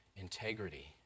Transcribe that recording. integrity